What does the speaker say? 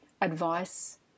advice